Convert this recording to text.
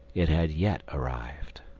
it had yet arrived.